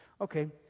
Okay